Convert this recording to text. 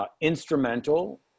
instrumental